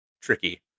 tricky